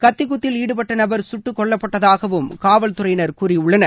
கத்திக்குத்தில் ஈடுபட்ட நபர் கட்டுக்கொல்லப்பட்டதாகவும் காவல்துறையினர் கூறியுள்ளனர்